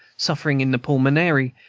suffering in the pulmonary,